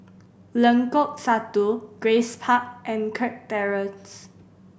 Lengkok Satu Grace Park and Kirk Terrace